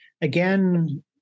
again